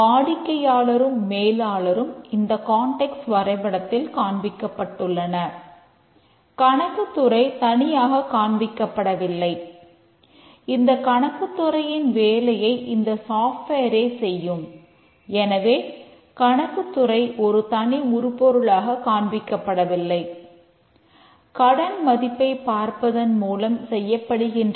வாடிக்கையாளரும் மேலாளரும் இந்த கான்டெக்ஸ்ட் தானாக செய்கிறது